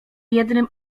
jednym